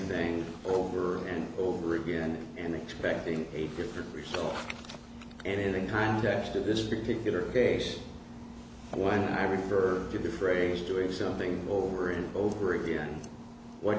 thing over and over again and expecting a different result and in the context of this particular case when i refer to the phrase doing something over and over again what